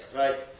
right